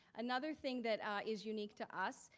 another thing that is unique to us,